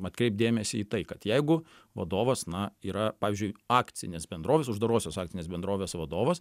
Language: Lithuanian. atkreipt dėmesį į tai kad jeigu vadovas na yra pavyzdžiui akcinės bendrovės uždarosios akcinės bendrovės vadovas